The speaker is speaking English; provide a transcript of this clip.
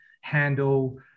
handle